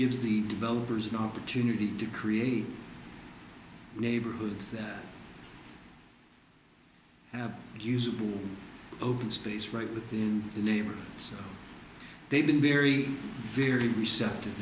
gives the developers an opportunity to create neighborhoods that use open space right within the neighborhood so they've been very very receptive